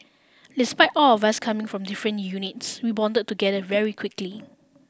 despite all of us coming from different units we bonded together very quickly